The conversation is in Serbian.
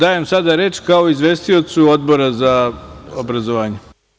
Dajem vam sada reč kao izvestiocu Odbora za obrazovanje.